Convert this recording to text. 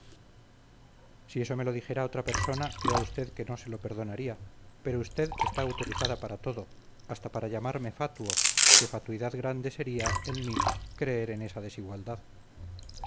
si eso me lo dijera otra persona crea usted no se lo perdonaría pero usted está autorizada para todo hasta para llamarme fatuo que fatuidad grande sería en mí creer en esa desigualdad